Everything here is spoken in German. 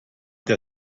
der